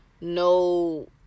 no